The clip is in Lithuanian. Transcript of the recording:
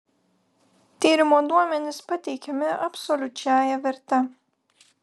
tyrimo duomenys pateikiami absoliučiąja verte